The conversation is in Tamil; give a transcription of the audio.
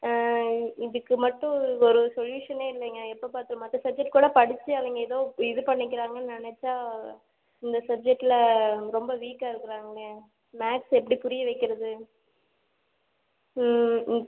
இதுக்கு மட்டும் ஒரு சொல்யூஷனே இல்லைங்க எப்போ பார்த்து மற்ற சப்ஜெக்ட் கூட படிச்சு அவங்க ஏதோ இது பண்ணிக்கிறாங்கன்னு நினைச்சா இந்த சப்ஜெக்டில் ரொம்ப வீக்காக இருக்கிறாங்களே மேக்ஸ் எப்படி புரிய வைக்கிறது